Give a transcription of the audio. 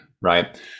Right